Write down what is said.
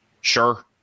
Sure